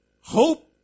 hope